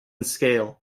scale